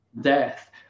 death